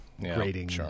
grading